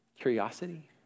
curiosity